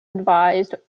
advised